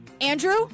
Andrew